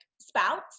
spouts